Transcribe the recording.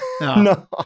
No